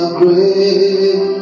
great